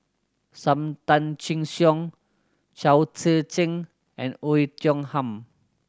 Sam Tan Chin Siong Chao Tzee Cheng and Oei Tiong Ham